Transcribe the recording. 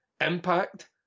impact